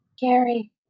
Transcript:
Gary